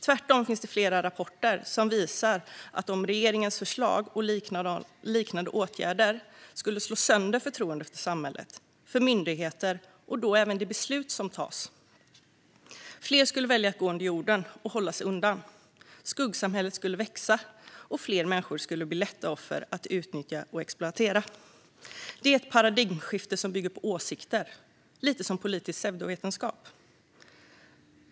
Tvärtom finns det flera rapporter som visar att regeringens förslag och liknande åtgärder skulle slå sönder förtroendet för samhället och för myndigheter och då även för de beslut som tas. Fler skulle välja att gå under jorden och hålla sig undan. Skuggsamhället skulle växa, och fler människor skulle bli lätta offer att utnyttja och exploatera. Det är ett paradigmskifte som bygger på åsikter, lite som politisk pseudovetenskap.